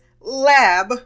lab